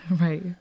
Right